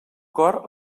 cor